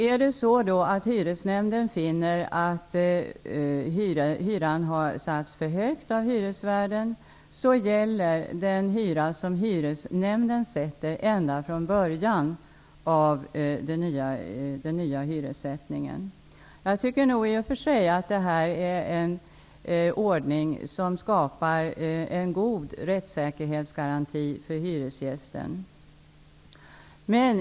Finner Hyresnämnden att hyran har satts för högt av hyresvärden gäller den hyra som Hyresnämnden sätter ända från början av den nya hyressättningen. Jag tycker att detta är en ordning som skapar en god rättssäkerhetsgaranti för hyresgästen.